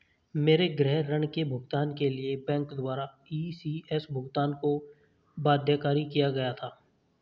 मेरे गृह ऋण के भुगतान के लिए बैंक द्वारा इ.सी.एस भुगतान को बाध्यकारी किया गया था